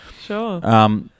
Sure